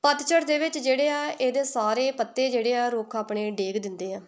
ਪਤਝੜ ਦੇ ਵਿੱਚ ਜਿਹੜੇ ਆ ਇਹਦੇ ਸਾਰੇ ਪੱਤੇ ਜਿਹੜੇ ਆ ਰੁੱਖ ਆਪਣੇ ਡੇਗ ਦਿੰਦੇ ਆ